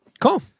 Cool